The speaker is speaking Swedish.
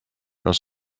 jag